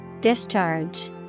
Discharge